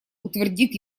утвердит